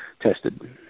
tested